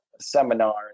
seminar